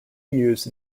used